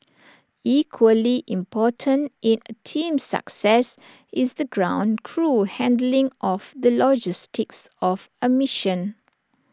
equally important in A team's success is the ground crew handling of the logistics of A mission